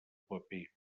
paper